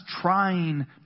trying